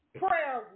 prayer